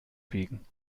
biegen